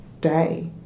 day